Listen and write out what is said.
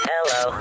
Hello